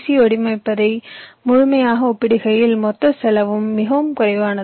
யை வடிவமைப்பதை முழுமையாக ஒப்பிடுகையில் மொத்த செலவு மிகவும் குறைவாகிறது